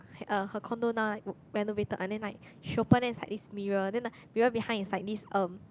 her her condo now right w~ renovated and then like she open there's like this mirror and then the mirror behind is like this um